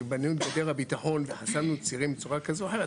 כאשר בנינו את גדר הביטחון חסמנו צירים בצורה כזו אחרת,